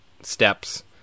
steps